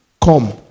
Come